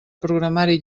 programari